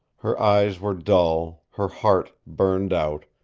her eyes were dull, her heart burned out,